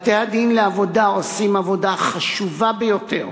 בתי-הדין לעבודה עושים עבודה חשובה ביותר